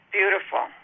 beautiful